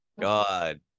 God